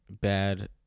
bad